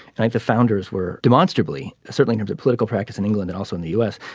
like the founders were demonstrably certainly come to political practice in england and also in the u s.